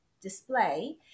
display